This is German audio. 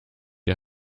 ihr